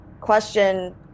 question